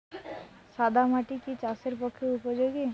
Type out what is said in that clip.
সাদা মাটি কি চাষের পক্ষে উপযোগী?